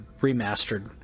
remastered